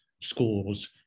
schools